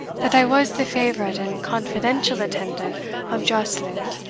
that i was the favourite and confidential attendant of joscelind,